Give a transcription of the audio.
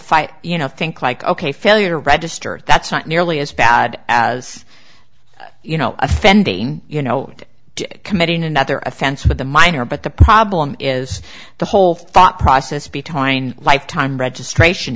fight you know think like ok failure register that's not nearly as bad as you know offending you know committing another offense with a minor but the problem is the whole thought process between lifetime registration